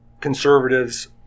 conservatives